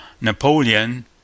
Napoleon